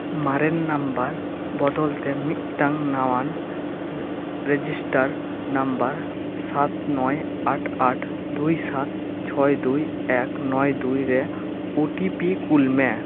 ᱢᱟᱨᱮᱱ ᱱᱟᱢᱵᱟᱨ ᱵᱚᱫᱚᱞᱛᱮ ᱢᱤᱫᱴᱟᱝ ᱱᱟᱣᱟᱱ ᱨᱮᱡᱤᱥᱴᱟᱨ ᱱᱟᱢᱵᱟᱨ ᱥᱟᱛ ᱱᱚᱭ ᱟᱴ ᱟᱴ ᱫᱩᱭ ᱥᱟᱛ ᱪᱷᱚᱭ ᱫᱩᱭ ᱮᱠ ᱱᱚᱭ ᱫᱩᱭ ᱨᱮ ᱳ ᱴᱤ ᱯᱤ ᱠᱩᱞ ᱢᱮ